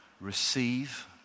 receive